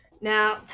now